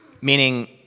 meaning